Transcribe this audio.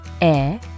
air